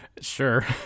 sure